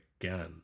again